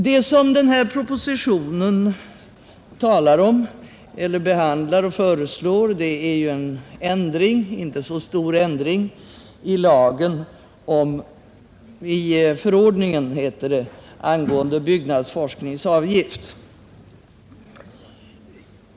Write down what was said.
Vad som föreslås i propositionen är en inte så stor ändring i förordningen angående byggnadsforskningsavgift.